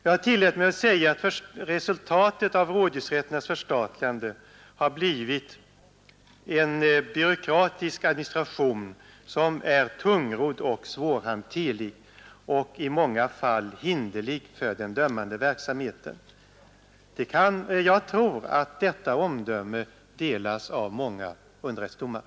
Jag tillät mig säga att resultatet av rådhusrätternas förstatligande blivit en byråkratisk administration som är tungrodd och svårhanterlig och i många fall hinderlig för den dömande verksamheten. Jag tror att det omdömet delas av många underrättsdomare.